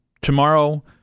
tomorrow